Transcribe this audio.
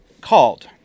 called